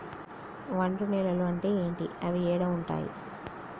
ఒండ్రు నేలలు అంటే ఏంటి? అవి ఏడ ఉంటాయి?